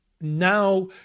Now